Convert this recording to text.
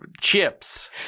chips